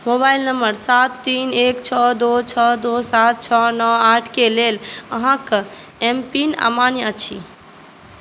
mobile number सात तीन एक छओ दू छओ दू सात छओ नओ आठ के लेल अहाँक एम पिन अमान्य अछि